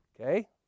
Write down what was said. Okay